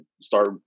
start